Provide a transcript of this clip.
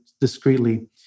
discreetly